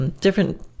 different